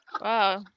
wow